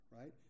right